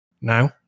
now